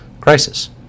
Crisis